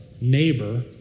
neighbor